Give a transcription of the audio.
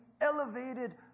elevated